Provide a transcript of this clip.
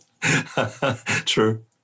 True